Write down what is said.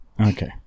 Okay